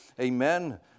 Amen